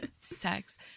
Sex